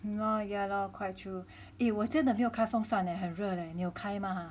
hannor ya lor quite true 我真的没有开风扇了很热嘞你有开吗